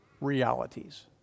realities